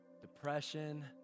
depression